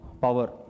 power